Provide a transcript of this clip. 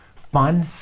Fun